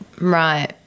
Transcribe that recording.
Right